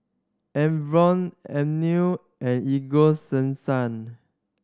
Enervon Avene and Ego